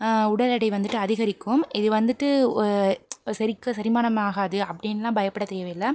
உடல் எடை வந்துட்டு அதிகரிக்கும் இது வந்துட்டு செரிக்க செரிமானம் ஆகாது அப்படின்லாம் பயப்பட தேவையில்ல